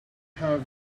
have